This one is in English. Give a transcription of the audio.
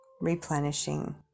replenishing